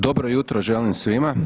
Dobro jutro želim svima.